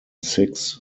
six